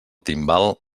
timbal